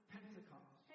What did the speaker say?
Pentecost